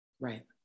Right